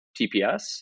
tps